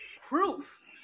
proof